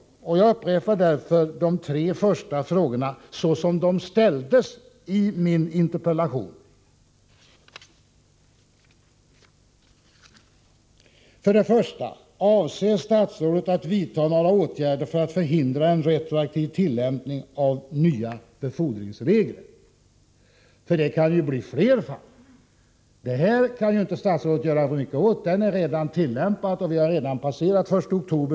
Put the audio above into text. Mot denna bakgrund upprepar jag de tre första frågorna i min interpellation: 1. Avser statsrådet att vidta några åtgärder för att förhindra en retroaktiv 122 tillämpning av nya befordringsregler? Det aktuella fallet kan statsrådet inte göra så mycket åt — men vi har passerat den 1 oktober, och det finns nu nya regler.